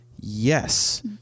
Yes